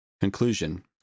Conclusion